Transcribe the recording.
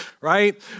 right